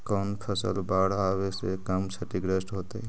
कौन फसल बाढ़ आवे से कम छतिग्रस्त होतइ?